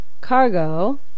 cargo